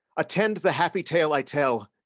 attend the happy tale i tell,